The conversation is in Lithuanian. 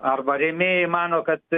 arba rėmėjai mano kad